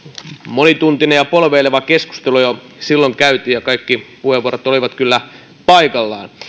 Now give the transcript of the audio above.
monituntinen ja polveileva keskustelu käytiin ja kaikki puheenvuorot olivat kyllä paikallaan